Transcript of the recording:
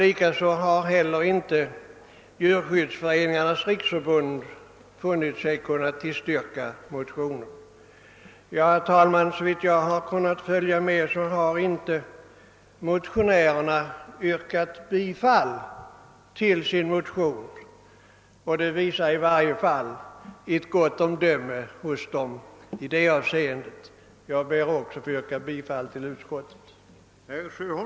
Inte heller Sveriges - djurskyddsföreningars riksförbund har funnit sig kunna tillstyrka motionen. Herr talman! Såvitt jag uppfattade har inte motionärerna yrkat bifall till sin motion, och det visar i alla fall ett gott omdöme. Jag ber att få yrka bifall till utskottets hemställan.